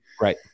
Right